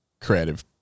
creative